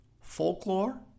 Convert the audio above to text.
folklore